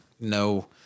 No